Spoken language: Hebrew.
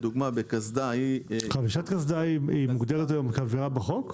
אי חבישת קסדה מוגדרת היום כעבירה בחוק?